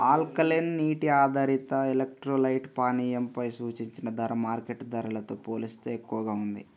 alkaline నీటి ఆధారిత electrolyte పానీయంపై సూచించిన ధర మార్కెట్ ధరలతో పోలిస్తే ఎక్కువగా ఉంది